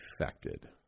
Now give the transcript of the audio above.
affected